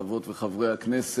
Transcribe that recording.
חברות וחברי הכנסת,